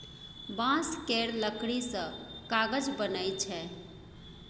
बांस केर लकड़ी सँ कागज बनइ छै